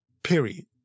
Period